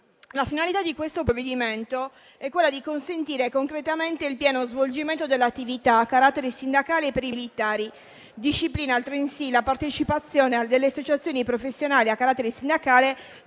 la finalità di questo provvedimento è quella di consentire concretamente il pieno svolgimento dell'attività a carattere sindacale per i militari. Disciplina altresì la partecipazione delle associazioni professionali a carattere sindacale